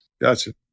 Gotcha